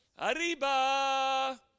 Arriba